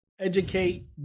educate